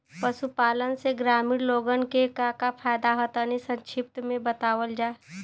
पशुपालन से ग्रामीण लोगन के का का फायदा ह तनि संक्षिप्त में बतावल जा?